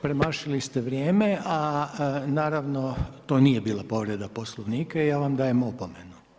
Premašili ste vrijeme a naravno to nije bila povreda Poslovnika i ja vam dajem opomenu.